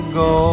go